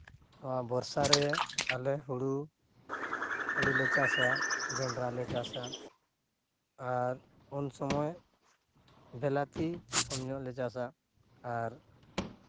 ᱱᱚᱣᱟ ᱵᱚᱨᱥᱟᱨᱮ ᱟᱞᱮ ᱦᱳᱲᱳ ᱦᱳᱲᱳᱞᱮ ᱪᱟᱥᱼᱟ ᱡᱚᱱᱰᱨᱟᱞᱮ ᱪᱟᱥᱼᱟ ᱟᱨ ᱩᱱ ᱥᱚᱢᱚᱭ ᱵᱤᱞᱟᱹᱛᱤ ᱠᱚᱢ ᱧᱚᱜ ᱞᱮ ᱪᱟᱥᱼᱟ ᱟᱨ